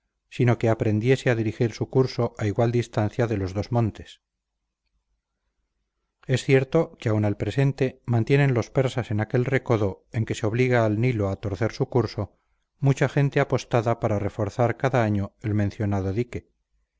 sino que aprendiese a dirigir su curso a igual distancia de los dos montes es cierto que aun al presente mantienen los persas en aquel recodo en que se obliga al nilo a torcer su curso mucha gente apostada para reforzar cada año el mencionado dique